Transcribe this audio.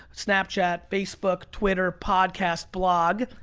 snapchat, facebook, twitter, podcast, blog.